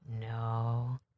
No